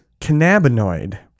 cannabinoid